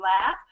laugh